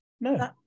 No